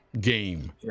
game